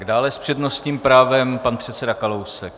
Dále s přednostním právem pan předseda Kalousek.